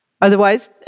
Otherwise